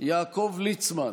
על ידי צלפים,